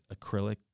acrylic